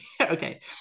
okay